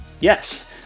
Yes